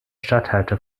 statthalter